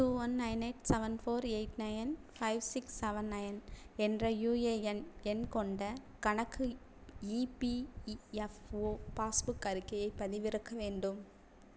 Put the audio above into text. two one nine eight seven four eight nine five six seven nine என்ற UAN எண் கொண்ட கணக்கு EPFO passbook அறிக்கையை பதிவிறக்க வேண்டும்